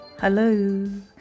Hello